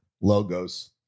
logos